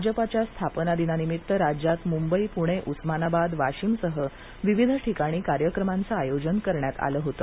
भाजपाच्या स्थापना दिना निमित्त राज्यात मुंबई पुणे उस्मानाबाद वाशीमसह विविध ठिकाणी कार्यक्रमांचं आयोजन करण्यात आलं होतं